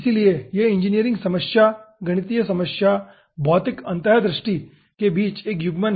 इसलिए यह इंजीनियरिंग समस्या गणितीय समस्या और भौतिक अंतर्दृष्टि के बीच एक युग्मन है